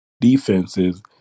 defenses –